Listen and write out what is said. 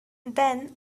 then